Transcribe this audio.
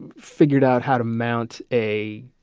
ah figured out how to mount a